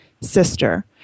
sister